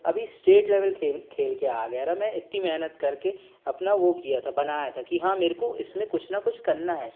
अभी state level खेल खेल के आ गया रहा मैं इतनी मेहनत करके अपना वो किया था बनाया था कि हाँ मेरे को इसमें कुछ न कुछ करना है